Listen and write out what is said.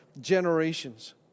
generations